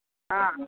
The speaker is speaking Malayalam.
ആ